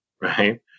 right